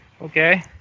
Okay